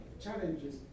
challenges